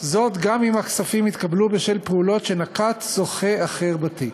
גם אם הכספים התקבלו בשל פעולות שנקט זוכה אחר בתיק.